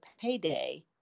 payday